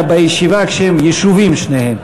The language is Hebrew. אלא בישיבה כשהם ישובים שניהם.